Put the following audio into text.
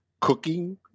cooking